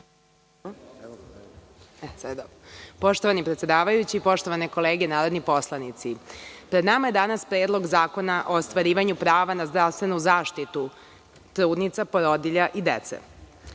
Poštovani predsedavajući, poštovane kolege narodni poslanici, pred nama je danas Predlog zakona o ostvarivanju prava na zdravstvenu zaštitu trudnica, porodilja i dece. Novim